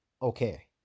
Okay